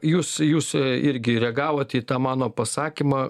jūs jūs irgi reagavot į tą mano pasakymą